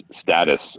status